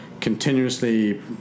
continuously